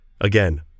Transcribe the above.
Again